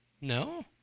No